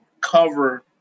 cover